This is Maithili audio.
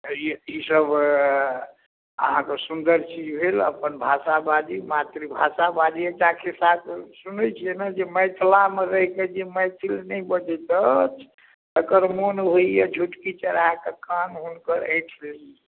तऽ अइ ई सभ अहाँकेँ सुन्दर चीज भेल अपन भाषा बाजी मातृभाषा बाजियै खिसा तऽ सुनैत छियै ने जे मिथलामे रहि कऽ जे मैथिल नहि बजैत छथि तकर मन होइया झुटकी चढ़ि कऽ कान हुनकर ऐठ ली